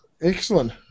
Excellent